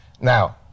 Now